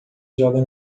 joga